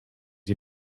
you